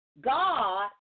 God